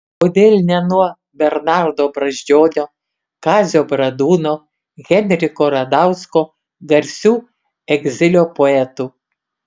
kodėl ne nuo bernardo brazdžionio kazio bradūno henriko radausko garsių egzilio poetų